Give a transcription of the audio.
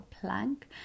plank